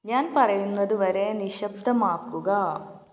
ഞാൻ പറയുന്നതുവരെ നിശബ്ദമാക്കുക